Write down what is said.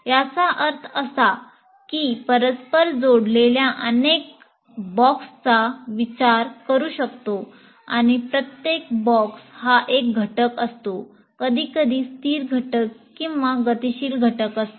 याचा अर्थ असा की मी परस्पर जोडलेल्या अनेक बॉक्सचा विचार करू शकतो आणि प्रत्येक बॉक्स हा एक घटक असतो कधीकधी स्थिर घटक किंवा गतिशील घटक असतो